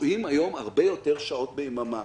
שוהים היום הרבה יותר שעות ביממה